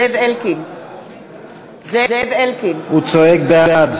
זאת הסיבה שדרשנו את זה כתנאי לכניסה